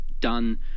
done